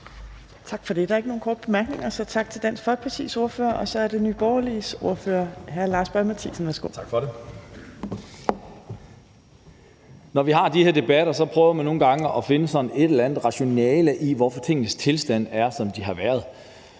Tak for det. Der er ikke nogen korte bemærkninger, så tak til Dansk Folkepartis ordfører. Så er det Nye Borgerliges ordfører, hr. Lars Boje Mathiesen. Værsgo. Kl. 11:34 (Ordfører) Lars Boje Mathiesen (NB): Tak for det. Når vi har de her debatter, prøver man nogle gange at finde sådan et eller andet rationale, der kan forklare, hvorfor tingenes tilstand har været, som den har været.